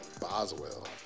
Boswell